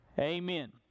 Amen